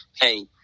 hey